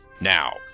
Now